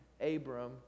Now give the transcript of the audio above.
Abram